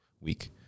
week